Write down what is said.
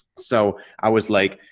so i was like,